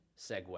segue